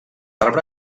arbre